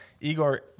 Igor